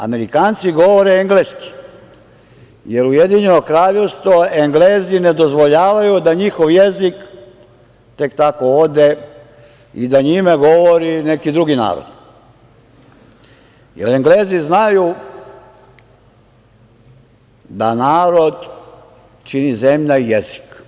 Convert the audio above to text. Amerikanci govore engleski, jer Ujedinjeno Kraljevstvo, Englezi ne dozvoljavaju da njihov jezik tek tako ode i da njime govori neki drugi narod, jer Englezi znaju da narod čine zemlja i jezik.